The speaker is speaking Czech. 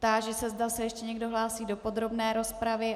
Táži se, zda se ještě někdo hlásí do podrobné rozpravy.